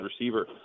receiver